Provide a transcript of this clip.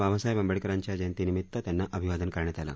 बाबासाहेब आंबेडकरांच्या जयंतीनिमित्त त्यांना अभिवादन करण्यात आलं